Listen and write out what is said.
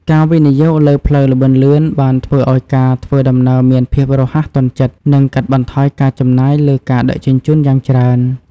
ការវិនិយោគលើផ្លូវល្បឿនលឿន បានធ្វើឱ្យការធ្វើដំណើរមានភាពរហ័សទាន់ចិត្ត និងកាត់បន្ថយការចំណាយលើការដឹកជញ្ជូនយ៉ាងច្រើន។